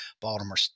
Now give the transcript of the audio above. Baltimore